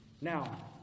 Now